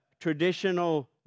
traditional